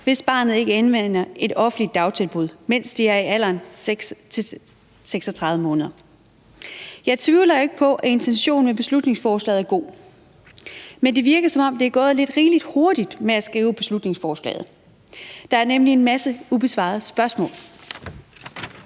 hvis barnet ikke anvender et offentligt dagtilbud, mens det er i alderen 6-36 måneder. Jeg tvivler ikke på, at intentionen med beslutningsforslaget er god, men det virker, som om det er gået lidt rigelig hurtigt med at skrive beslutningsforslaget. Der er nemlig en masse ubesvarede spørgsmål.